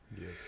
Yes